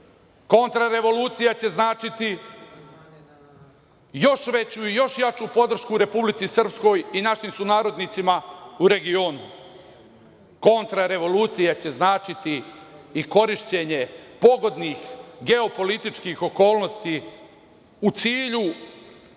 Kontrarevolucija će značiti još veću i još jaču podršku Republici Srpskoj i našim sunarodnicima u regionu. Kontrarevolucija će značiti i korišćenje pogodnih geopolitičkih okolnosti u cilju